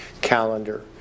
calendar